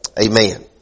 Amen